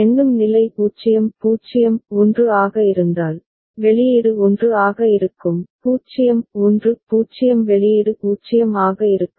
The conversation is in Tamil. எண்ணும் நிலை 0 0 1 ஆக இருந்தால் வெளியீடு 1 ஆக இருக்கும் 0 1 0 வெளியீடு 0 ஆக இருக்கும்